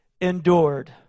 endured